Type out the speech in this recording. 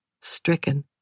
stricken